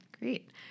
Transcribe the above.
great